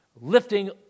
lifting